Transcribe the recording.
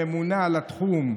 הממונה על התחום,